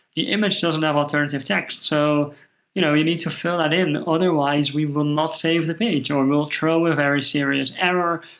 the image doesn't have alternative text, so you know you need to fill that in. otherwise, we will not save the page, or we'll throw a very serious error.